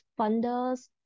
funders